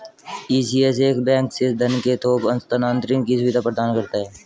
ECS एक bank से धन के थोक हस्तांतरण की सुविधा प्रदान करता है